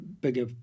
bigger